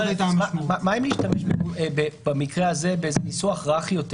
מה אם נשתמש במקרה הזה בניסוח רך יותר